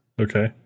Okay